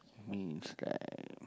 means like